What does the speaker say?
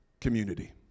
community